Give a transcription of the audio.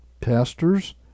pastors